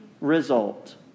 result